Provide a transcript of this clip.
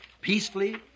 peacefully